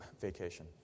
vacation